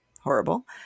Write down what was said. horrible